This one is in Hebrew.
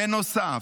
בנוסף,